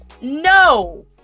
No